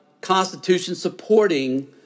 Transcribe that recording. Constitution-supporting